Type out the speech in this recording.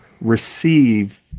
receive